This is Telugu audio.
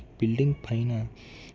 బిల్డింగ్ పైన